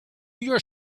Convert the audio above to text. your